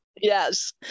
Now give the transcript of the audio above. yes